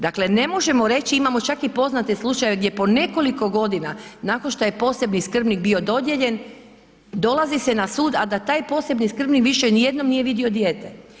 Dakle, ne možemo reći, imamo čak i poznate slučajeve gdje po nekoliko godina nakon što je posebni skrbnik bio dodijeljen, dolazi se na sud a da taj posebni skrbnik više nijedno, nije vidio dijete.